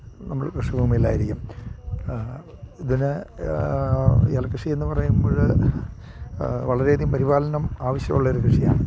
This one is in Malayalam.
നമ്മൾ കൃഷി ഭൂമിയിൽ ആയിരിക്കും ഇതിന് ഏലക്കൃഷി എന്നു പറയുമ്പോൾ വളരെ അധികം പരിപാലനം ആവശ്യമുള്ള ഒരു കൃഷിയാണ്